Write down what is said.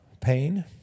pain